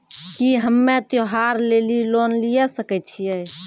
की हम्मय त्योहार लेली लोन लिये सकय छियै?